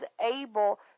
able